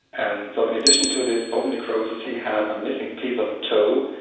and so in addition to this bone necrosis he had a missing piece of a toe,